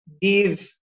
give